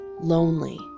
lonely